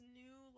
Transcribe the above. new